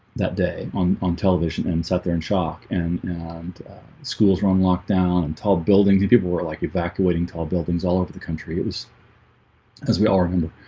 that day on on television and sat there in shock and schools are on lockdown and tall building two people were like evacuating tall buildings all over the country is as we all remember